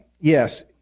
yes